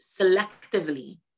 selectively